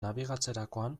nabigatzerakoan